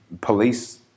police